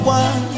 one